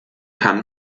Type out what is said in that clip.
kann